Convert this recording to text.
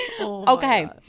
Okay